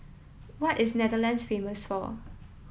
what is Netherlands famous for